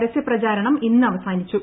പരസ്യപ്രചാരണം ഇ്ന്ന് അവസാനിച്ചു